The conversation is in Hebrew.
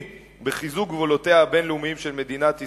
בחיזוק גבולותיה הבין-לאומיים של מדינת ישראל,